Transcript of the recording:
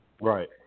Right